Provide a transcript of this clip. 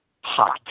hot